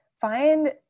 find